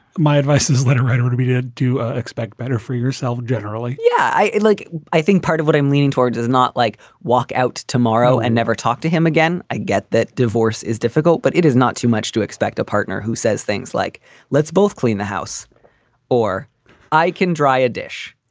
my advice is let would be to do expect better for yourself generally yeah. i like i think part of what i'm leaning towards is not like walk out tomorrow and never talk to him again. i get that divorce is difficult, but it is not too much to expect a partner who says things like let's both clean the house or i can dry a dish,